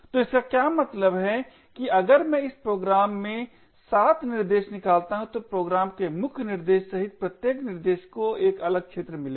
तो इसका क्या मतलब है कि अगर मैं इस प्रोग्राम में 7 निर्देश निकालता हूं तो प्रोग्राम के मुख्य निर्देश सहित प्रत्येक निर्देश को एक अलग क्षेत्र मिलेगा